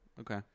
Okay